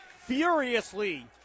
furiously